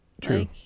True